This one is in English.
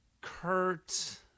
Kurt